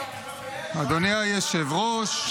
אדוני היושב-ראש,